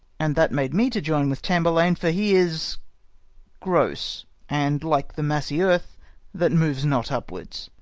and that made me to join with tamburlaine for he is gross and like the massy earth that moves not upwards,